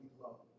love